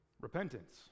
Repentance